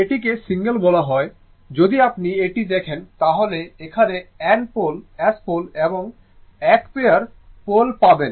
এটাকে সিঙ্গেল বলা হয় যদি আপনি এটি দেখেন তাহলে এখানে N পোল S পোল এবং এক পেয়ার পোল পাবেন